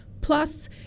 plus